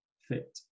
fit